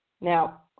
Now